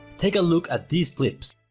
take a look at this clip